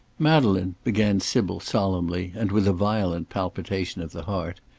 madeleine, began sybil, solemnly, and with a violent palpitation of the heart,